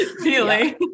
feeling